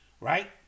Right